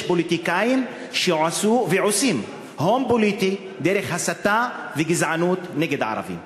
יש פוליטיקאים שעשו ועושים הון פוליטי דרך הסתה וגזענות נגד ערבים.